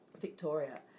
Victoria